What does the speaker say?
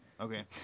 okay